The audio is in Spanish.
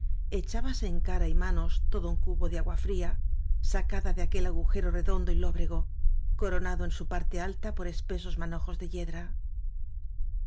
echábase en cara y manos todo un cubo de agua fría sacada de aquel agujero redondo y lóbrego coronado en su parte alta por espe sos manojos de yedra